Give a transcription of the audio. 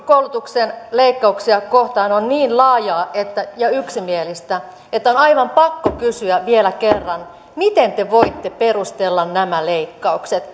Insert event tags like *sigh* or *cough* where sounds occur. koulutuksen leikkauksia kohtaan on niin laajaa ja yksimielistä että on aivan pakko kysyä vielä kerran miten te voitte perustella nämä leikkaukset *unintelligible*